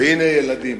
והנה ילדים,